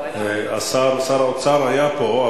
שר האוצר היה פה,